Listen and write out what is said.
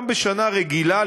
גם בשנה רגילה,